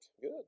Good